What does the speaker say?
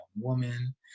woman